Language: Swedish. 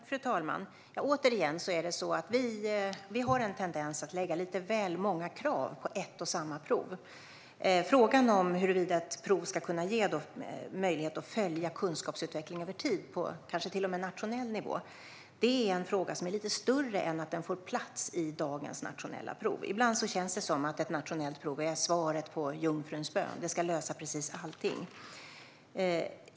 Fru talman! Vi har en tendens att lägga lite väl många krav på ett och samma prov. Frågan om huruvida ett prov kan ge möjlighet att följa kunskapsutvecklingen över tid på till och med nationell nivå är lite större än att den får plats i dagens nationella prov. Ibland känns det som att ett nationellt prov är svaret på jungfruns bön; det ska lösa precis allt.